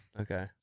Okay